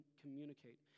communicate